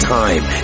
time